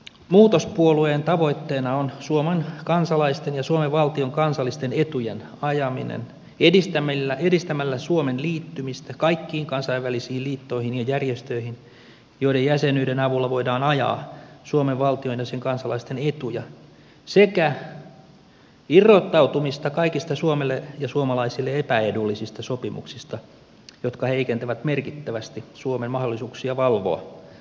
muutos puolueen tavoitteena on suomen kansalaisten ja suomen valtion kansallisten etujen ajaminen edistämällä suomen liittymistä kaikkiin kansainvälisiin liittoihin ja järjestöihin joiden jäsenyyden avulla voidaan ajaa suomen valtion ja sen kansalaisten etuja sekä irrottautumista kaikista suomelle ja suomalaisille epäedullisista sopimuksista jotka heikentävät merkittävästi suomen mahdollisuuksia valvoa kansallisia etujamme